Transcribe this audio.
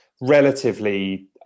relatively